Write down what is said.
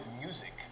music